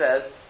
says